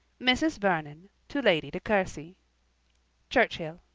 mrs. vernon to lady de courcy churchhill.